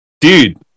Dude